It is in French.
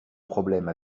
problème